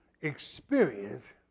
experience